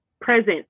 present